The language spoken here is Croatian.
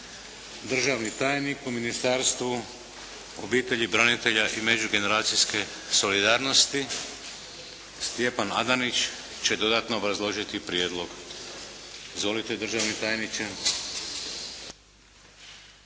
Državni tajnik u Ministarstvu obitelji, branitelja i međugeneracijske solidarnosti će dodatno obrazložiti prijedlog. Izvolite, državni tajniče.